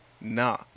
Nah